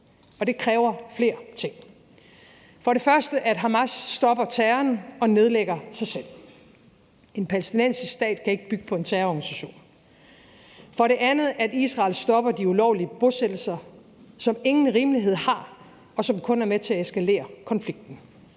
Det kræver flere ting. For det første kræver det, at Hamas stopper terroren og nedlægger sig selv. En palæstinensisk stat kan ikke bygge på en terrororganisation. For det andet kræver det, at Israel stopper de ulovlige bosættelser, som ingen rimelighed har, og som kun er med til at eskalere konflikten.